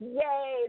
yay